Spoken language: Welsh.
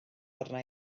arna